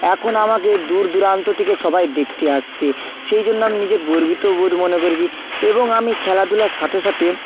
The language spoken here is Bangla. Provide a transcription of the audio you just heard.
এখন আমাকে দূর দূরান্ত থেকে সবাই দেখতে আসছে সেই জন্য আমি নিজে গর্বিত বোধ মনে করেছি এবং আমি খেলাধুলার সাথে সাথে